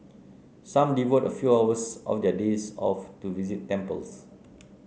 some devote a few hours of their days off to visit temples